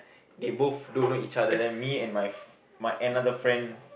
they both don't know each other then me and my f~ my another friend